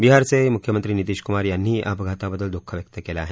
बिहारचे मुख्यमंत्री नितीश कुमार यांनीही या अपघाताबद्दल दुःख व्यक्त केलं आहे